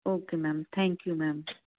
okay ma'am thank you ma'am